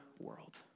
world